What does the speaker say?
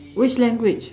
which language